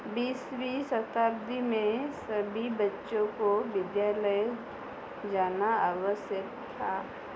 बीसवीं शताब्दी में सभी बच्चों को विद्यालय जाना आवश्यक था